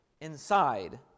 inside